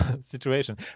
situation